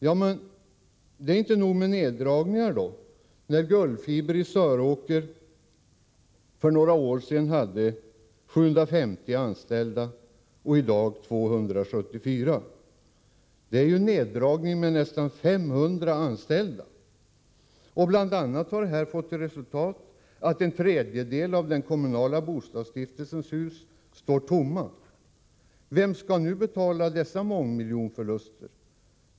Ja, men är det inte nog med neddragningar då Gullfiber i Söråker för några år sedan hade 750 anställda och i dag har 274? Det är ju en neddragning med nästan 500 anställda! Bl. a. har det fått till resultat att en tredjedel av den kommunala bostadsstiftelsens hus står tomma. Vem skall nu betala dess mångmiljonförluster?